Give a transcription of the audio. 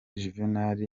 juvenal